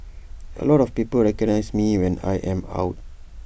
A lot of people recognise me when I am out